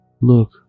look